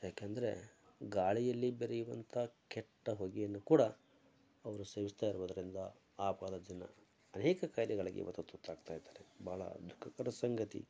ಯಾಕೆಂದರೆ ಗಾಳಿಯಲ್ಲಿ ಬೆರೆವಂಥ ಕೆಟ್ಟ ಹೊಗೆಯನ್ನು ಕೂಡ ಅವರು ಸೇವಿಸ್ತಾ ಇರುವುದರಿಂದ ಆ ಭಾಗದ ಜನ ಅನೇಕ ಕಾಯಿಲೆಗಳ್ಗೆ ಇವತ್ತು ತುತ್ತಾಗ್ತಾ ಇದ್ದಾರೆ ಭಾಳ ದುಃಖಕರ ಸಂಗತಿ